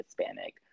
Hispanic